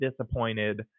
disappointed